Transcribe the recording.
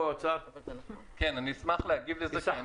אני אשמח להגיב לזה.